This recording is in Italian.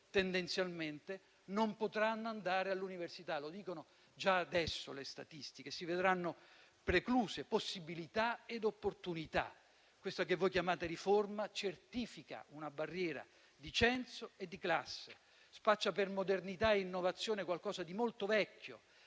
tendenzialmente, non potranno andare all'università, come rilevano già ora le statistiche, e si vedranno precluse possibilità e opportunità. Questa che chiamate riforma certifica una barriera di censo e di classe, spaccia per modernità e innovazione qualcosa di molto vecchio,